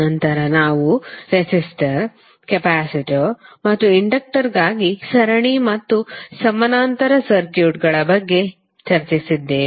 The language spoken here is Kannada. ನಂತರ ನಾವು ರೆಸಿಸ್ಟರ್ ಕೆಪಾಸಿಟರ್ ಮತ್ತು ಇಂಡಕ್ಟರ್ಗಾಗಿ ಸರಣಿ ಮತ್ತು ಸಮಾನಾಂತರ ಸರ್ಕ್ಯೂಟ್ಗಳ ಬಗ್ಗೆ ಚರ್ಚಿಸಿದ್ದೇವೆ